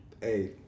Hey